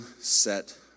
set